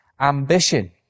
ambition